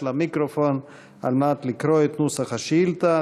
למיקרופון על מנת לקרוא את נוסח השאילתה.